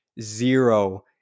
zero